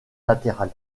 latéral